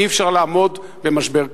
אי-אפשר לעמוד במשבר כזה.